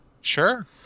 Sure